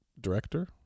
director